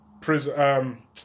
prison